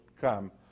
come